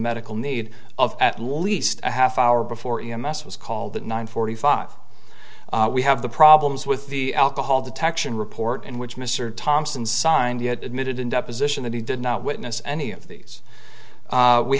medical need of at least a half hour before m s was called at nine forty five we have the problems with the alcohol detection report in which mr thompson signed yet admitted in deposition that he did not witness any of these